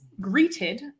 greeted